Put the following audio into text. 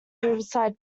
riverside